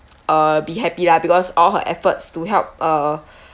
uh be happy lah because all her efforts to help uh